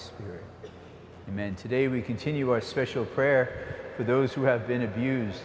spirit meant today we continue our special prayer for those who have been abused